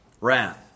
wrath